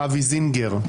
מאבי זינגר,